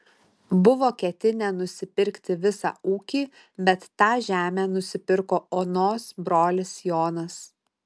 buvo ketinę nusipirkti visą ūkį bet tą žemę nusipirko onos brolis jonas